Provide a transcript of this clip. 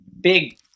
Big